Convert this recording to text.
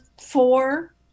four